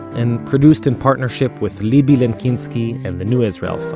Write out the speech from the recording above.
and produced in partnership with libby lenkinski and the new israel fund